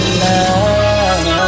love